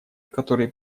которые